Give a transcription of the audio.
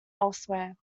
elsewhere